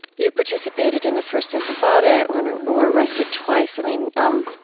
you participated in the first intifada and were arrested, twice, i mean, um,